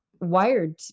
wired